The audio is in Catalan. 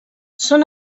són